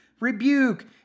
rebuke